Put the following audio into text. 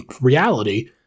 reality